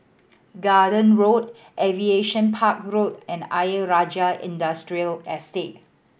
Garden Road Aviation Park Road and Ayer Rajah Industrial Estate